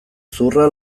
zuhurra